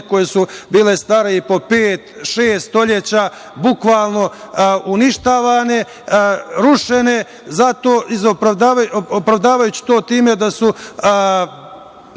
koje su bile stare i po pet, šest stoleća bukvalno uništavane, rušene, opravdavajući to time da su